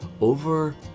over